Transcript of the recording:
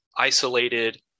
isolated